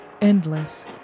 endless